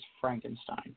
Frankenstein